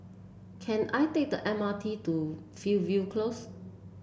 can I take the M R T to Fernvale Close